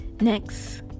next